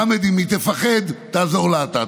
חמד, אם היא תפחד, תעזור לה אתה.